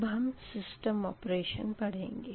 अब हम system operation पढ़ेंगे